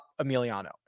Emiliano